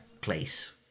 place